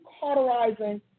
cauterizing